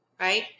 right